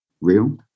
real